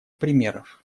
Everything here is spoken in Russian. примеров